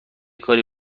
کاری